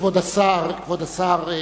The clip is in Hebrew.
כבוד השרים,